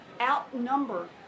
outnumber